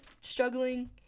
struggling